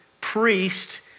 priest